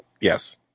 yes